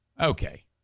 Okay